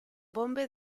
bombe